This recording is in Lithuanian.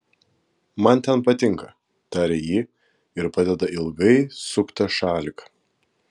man ten patinka taria ji ir padeda ilgai suktą šaliką